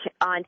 on